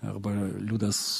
arba liudas